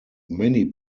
many